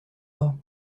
pas